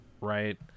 right